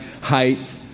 height